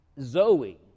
Zoe